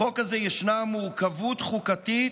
בחוק הזה ישנה מורכבות חוקתית,